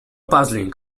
puzzling